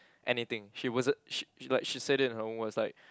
anything she wasn't she she like she said it in her own words like